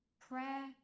Prayer